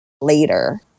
later